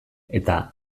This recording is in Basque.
eta